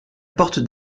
porte